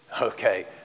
Okay